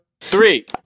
three